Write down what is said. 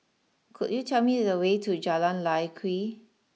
could you tell me the way to Jalan Lye Kwee